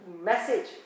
Message